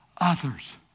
others